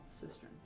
cistern